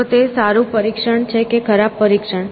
તો તે સારું પરીક્ષણ છે કે ખરાબ પરીક્ષણ